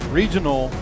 regional